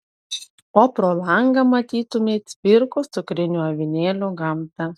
o pro langą matytumei cvirkos cukrinių avinėlių gamtą